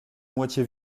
moitié